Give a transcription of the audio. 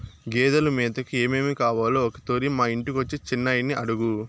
గేదెలు మేతకు ఏమేమి కావాలో ఒకతూరి మా ఇంటికొచ్చి చిన్నయని అడుగు